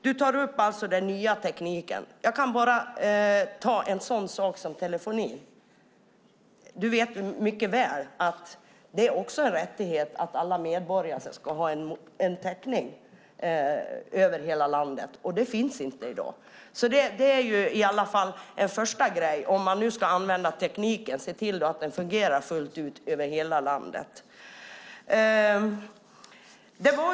Du nämner den nya tekniken. Ta en sådan sak som telefoni. Du vet att det är en rättighet för alla medborgare i hela landet att det finns täckning. Så är det inte i dag. Om man ska använda tekniken se då till att den fungerar fullt ut över hela landet.